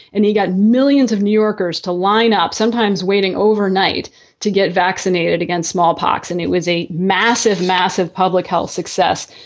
and he got millions of new yorkers to line up, sometimes waiting overnight to get vaccinated against smallpox. and it was a massive, massive public health success.